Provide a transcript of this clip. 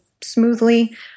smoothly